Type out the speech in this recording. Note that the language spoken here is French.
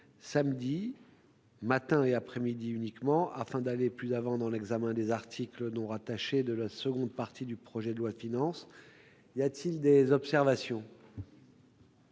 samedi, le matin et l'après-midi uniquement, afin d'aller plus avant dans l'examen des articles non rattachés de la seconde partie du projet de loi de finances. Il n'y a pas d'observation ?